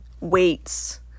weights